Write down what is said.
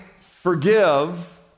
forgive